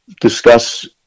discuss